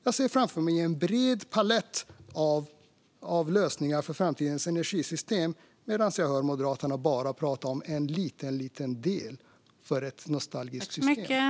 Jag ser framför mig en bred palett av lösningar för framtidens energisystem medan jag hör Moderaterna bara prata nostalgiskt om en liten del av ett system.